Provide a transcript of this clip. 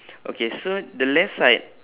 okay so the left side